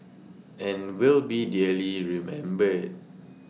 and will be dearly remembered